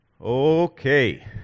Okay